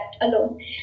alone